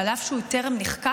שעל אף שהוא טרם נחקק,